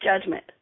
judgment